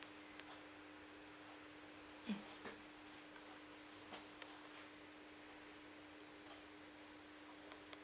mm